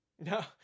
No